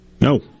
No